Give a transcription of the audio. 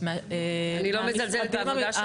--- אני לא מזלזלת בעבודה שלכם,